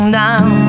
down